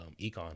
econ